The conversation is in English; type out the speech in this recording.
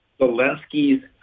Zelensky's